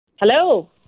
Hello